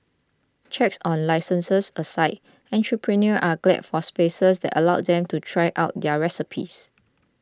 checks on licences aside entrepreneurs are glad for spaces that allow them to try out their recipes